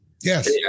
Yes